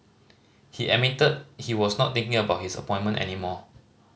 he admitted he was not thinking about his appointment any more